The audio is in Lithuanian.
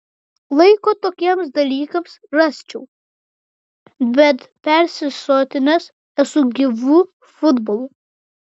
laiko tokiems dalykams rasčiau bet persisotinęs esu gyvu futbolu